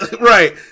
Right